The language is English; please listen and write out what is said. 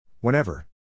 Whenever